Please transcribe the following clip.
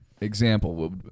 example